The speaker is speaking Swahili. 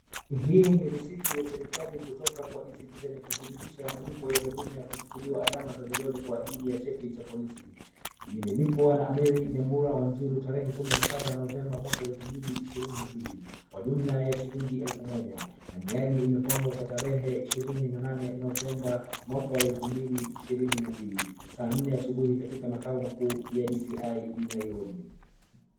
Hii ni risiti ya serikali kutoka kwa Ecitizen ya kudhibitisha malipo ya huduma ya kuchukuliwa alama za vidole kwa ajili ya cheti cha polisi. Imelipwa na Mary Nyambura Wanjiru tarehe kumi na saba Novemba mwaka wa elfu mbili ishirini na mbili kwa jumla ya shilingi elfu moja na miadi imepangwa kwa tarehe ishirini na nane Novemba mwaka wa elfu mbili ishirini na mbili saa nne asubuhi katika makao makuu ya DCI Nairobi.